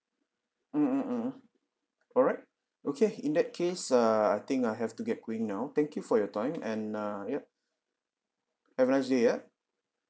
mm mm mm alright okay in that case err I think I have to get going now thank you for your time and uh yup have a nice day ya